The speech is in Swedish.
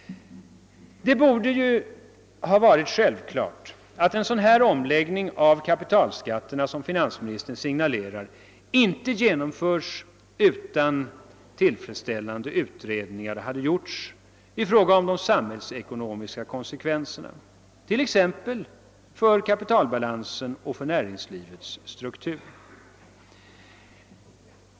Det borde varit självklart att en sådan omläggning av kapitalskatterna som finansministern signalerar inte genomfördes utan att tillfredsställande utredningar hade gjorts i fråga om de samhällsekonomiska konsekvenserna, t.ex. för kapitalbalansen och för näringslivets struktur.